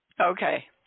Okay